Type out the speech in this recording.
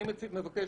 אני מבקש,